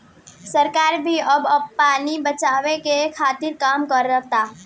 सरकार भी अब पानी बचावे के खातिर काम करता